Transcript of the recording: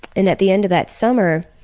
and at the end of that summer,